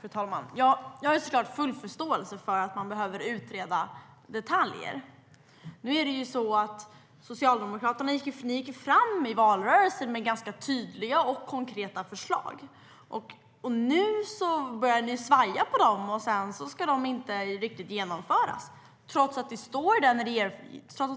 Fru talman! Jag har såklart full förståelse för att man behöver utreda detaljer. Men det var ju så att Socialdemokraterna gick fram i valrörelsen med ganska tydliga och konkreta förslag. Nu börjar ni svaja i fråga om dem. De ska inte riktigt genomföras trots att